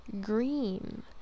Green